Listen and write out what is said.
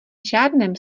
žádném